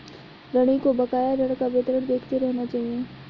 ऋणी को बकाया ऋण का विवरण देखते रहना चहिये